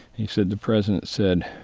he said, the president said,